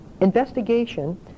Investigation